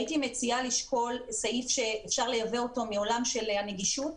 הייתי מציעה לשקול סעיף שאפשר לייבא אותו מעולם הנגישות,